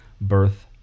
birth